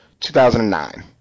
2009